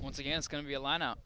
once again is going to be a line up